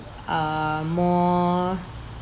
err more